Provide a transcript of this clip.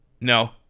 No